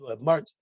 March